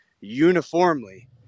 uniformly